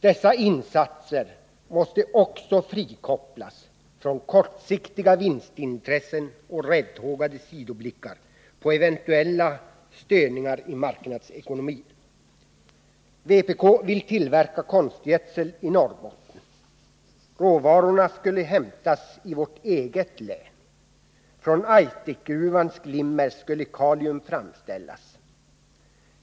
Dessa insatser måste också frikopplas från kortsiktiga vinstintressen och räddhågade sidoblickar på eventuella störningar i marknadsekonomin. Vpk vill tillverka konstgödsel i Norrbotten. Råvarorna skulle hämtas i vårt eget län. Från Aitikgruvans glimmer skulle kalium framställas.